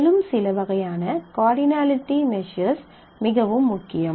மேலும் சில வகையான கார்டினலிட்டி மெசர்ஸ் மிகவும் முக்கியம்